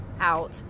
out